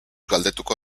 galdetuko